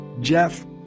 Jeff